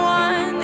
one